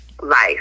life